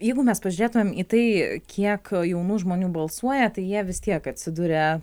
jeigu mes pažiūrėtumėm į tai kiek jaunų žmonių balsuoja tai jie vis tiek atsiduria